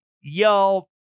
Y'all